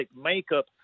makeup